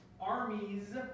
armies